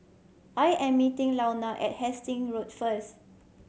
I am meeting Launa at Hasting Road first